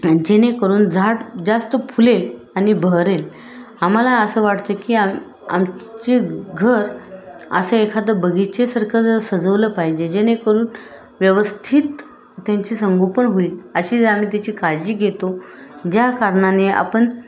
जेणेकरून झाड जास्त फुलेल आणि बहरेल आम्हाला असं वाटतं की आ आमचे घर असं एखादं बगीचासारखं ज सजवलं पाहिजे जेणेकरून व्यवस्थित त्यांची संगोपन होईल अशी ज आम्ही त्याची काळजी घेतो ज्या कारणाने आपण